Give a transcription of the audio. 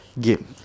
game